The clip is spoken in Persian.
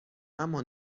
اما